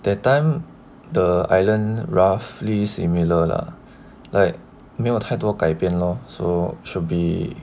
that time the island roughly similar lah like 没有太多改变 lor so should be